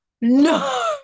no